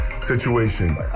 Situation